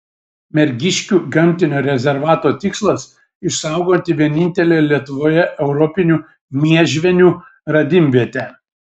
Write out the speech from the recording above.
mergiškių gamtinio rezervato tikslas išsaugoti vienintelę lietuvoje europinių miežvienių radimvietę